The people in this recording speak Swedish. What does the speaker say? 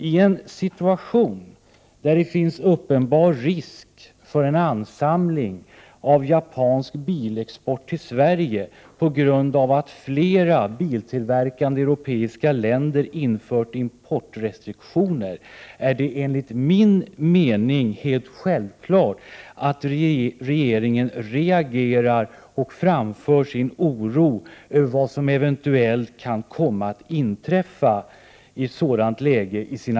I en situation, där det finns uppenbar risk för en ansamling av japansk bilexport till Sverige på grund av att flera biltillverkande europeiska länder infört importrestriktioner, är det enligt min mening helt självklart att regeringen reagerar och i sina kontakter med den japanska regeringen framför sin oro över vad som eventuellt kan komma att inträffa i ett sådant läge.